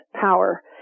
power